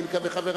אני מקווה,